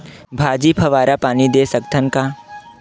भाजी फवारा पानी दे सकथन का?